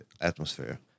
atmosphere